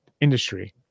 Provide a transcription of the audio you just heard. industry